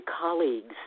colleagues